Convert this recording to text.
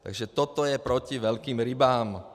Takže toto je proti velkým rybám.